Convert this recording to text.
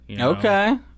Okay